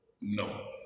no